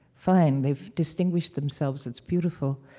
fine. they've distinguished themselves. it's beautiful.